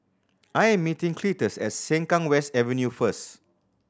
I am meeting Cletus at Sengkang West Avenue first